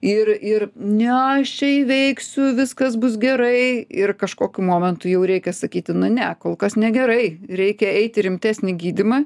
ir ir ne aš čia įveiksiu viskas bus gerai ir kažkokiu momentu jau reikia sakyti nu ne kol kas negerai reikia eit į rimtesnį gydymą